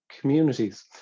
communities